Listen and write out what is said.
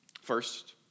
First